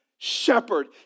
Shepherd